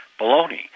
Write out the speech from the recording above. baloney